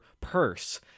purse